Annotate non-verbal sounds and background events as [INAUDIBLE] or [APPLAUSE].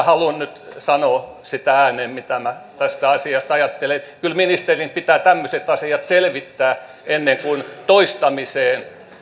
[UNINTELLIGIBLE] halua nyt sanoa sitä ääneen mitä minä tästä asiasta ajattelen kyllä ministerin pitää tämmöiset asiat selvittää ennen kuin toistamiseen